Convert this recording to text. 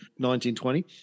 1920